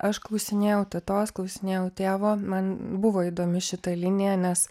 aš klausinėjau tetos klausinėjau tėvo man buvo įdomi šita linija nes